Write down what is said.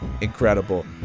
incredible